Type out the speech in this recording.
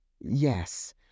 Yes